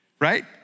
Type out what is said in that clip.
Right